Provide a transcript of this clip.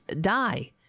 die